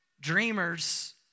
Dreamers